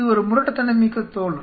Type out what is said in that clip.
இது ஒரு முரட்டுத்தனமிக்க தோழர்